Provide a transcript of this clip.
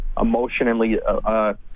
emotionally